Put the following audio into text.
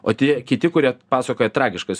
o tie kiti kurie pasakoja tragiškas